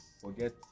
forget